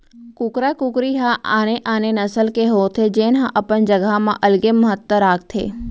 कुकरा कुकरी ह आने आने नसल के होथे जेन ह अपन जघा म अलगे महत्ता राखथे